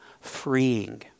freeing